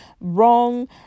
wrong